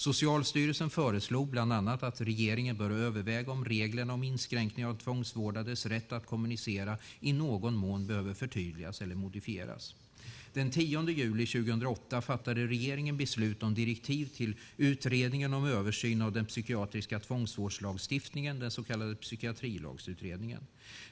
Socialstyrelsen föreslog bland annat att regeringen bör överväga om reglerna om inskränkning av tvångsvårdades rätt att kommunicera i någon mån behöver förtydligas eller modifieras. Den 10 juli 2008 fattade regeringen beslut om direktiv till Utredningen om översyn av den psykiatriska tvångsvårdslagstiftningen , den så kallade Psykiatrilagsutredningen.